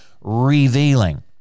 revealing